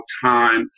time